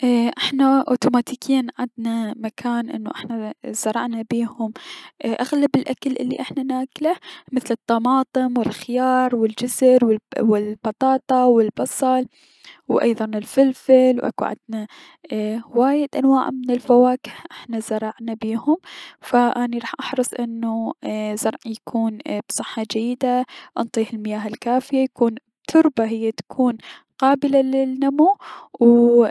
اي احنا اوتوماتيكيا عدنا مكان زرعنا بيهم اي- اغلب الأكل الي احنا ناكله مثل الطماطم و الخيار و الجزر و البطاطة و البصل، و ايضا الفلفل و اكو عدنا هواية انواع من الفواكه احنا زرعنا بيهم, فاني راح احرص انو زرعي يكون بصحة جيدة ، انطيه المياه الكافية يكون بتربة اي هي تكون قابلة للنمو.